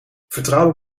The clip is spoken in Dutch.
vertrouwen